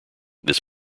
this